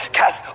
cast